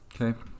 Okay